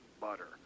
butter